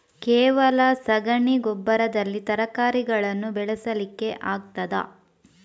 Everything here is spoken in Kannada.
ಕೇವಲ ಸಗಣಿ ಗೊಬ್ಬರದಲ್ಲಿ ತರಕಾರಿಗಳನ್ನು ಬೆಳೆಸಲಿಕ್ಕೆ ಆಗ್ತದಾ?